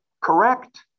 Correct